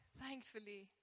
thankfully